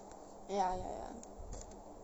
ya ya ya